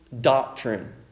Doctrine